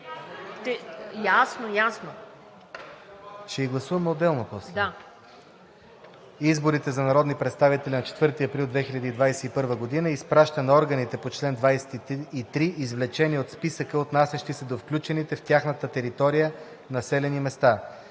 граждани, гласували на изборите за народни представители на 4 април 2021 г. и изпраща на органите по чл. 23 извлечения от списъка, отнасящи се до включените в тяхната територия населени места.